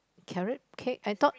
carrot cake I thought